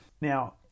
Now